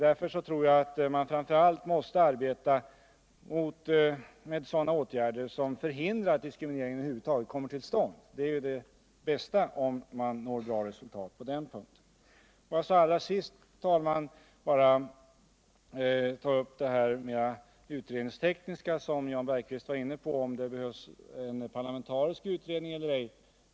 Därför tror jag att man framför allt måste tillgripa åtgärder som förhindrar att någon diskriminering över huvud taget kan komma till stånd. Det bästa är naturligtvis om man kan nå bra resultat på det sättet. Låt mig allra sist, herr talman, ta upp det mera utredningstekniska spörsmål som Jan Bergqvist var inne på samt frågan huruvida det behövs en parlamentarisk utredning eller ej.